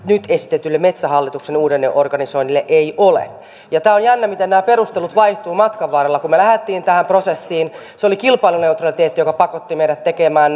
nyt esitetylle metsähallituksen uudelleenorganisoinnille ei ole on jännää miten nämä perustelut vaihtuvat matkan varrella kun me lähdimme tähän prosessiin se oli kilpailuneutraliteetti joka pakotti meidät tekemään